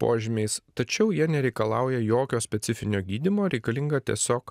požymiais tačiau jie nereikalauja jokio specifinio gydymo reikalinga tiesiog